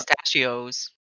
pistachios